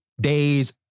days